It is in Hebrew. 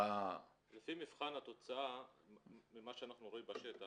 --- לפי מבחן התוצאה ממה שאנחנו רואים בשטח,